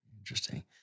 Interesting